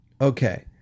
Okay